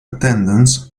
attendance